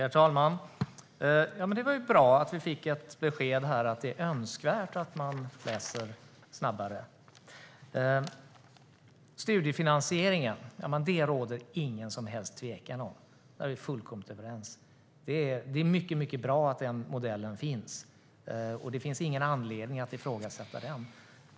Herr talman! Det var bra att vi fick ett besked att det är önskvärt att man läser snabbare. Det råder ingen som helst tvekan om att vi är fullkomligt överens när det gäller studiefinansieringen. Det är mycket bra att denna modell finns, och det finns ingen anledning att ifrågasätta den.